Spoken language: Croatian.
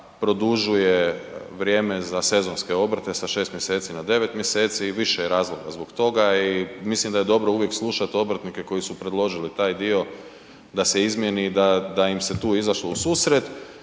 produžuje vrijeme za sezonske obrte sa 6 mjeseci na 9 mjeseci i više je razloga zbog toga. I mislim da je dobro uvijek slušati obrtnike koji su predložili taj dio da se izmjeni i da im se tu izašlo u susret.